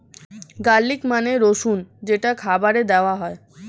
garlic মানে রসুন যেটা খাবারে দেওয়া হয়